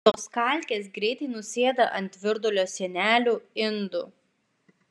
tos kalkės greitai nusėda ant virdulio sienelių indų